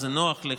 זה נוח לי,